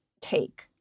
take